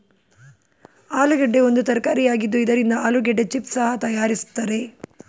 ಆಲೂಗೆಡ್ಡೆ ಒಂದು ತರಕಾರಿಯಾಗಿದ್ದು ಇದರಿಂದ ಆಲೂಗೆಡ್ಡೆ ಚಿಪ್ಸ್ ಸಹ ತರಯಾರಿಸ್ತರೆ